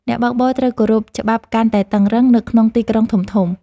អ្នកបើកបរត្រូវគោរពច្បាប់កាន់តែតឹងរ៉ឹង នៅក្នុងទីក្រុងធំៗ។